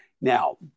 Now